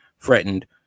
threatened